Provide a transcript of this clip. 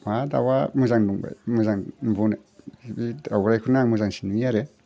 मा दाउआ मोजां दंबायो मोजां मोनबावनो बे दाउराइखौनो आं मोजांसिन नुयो आरो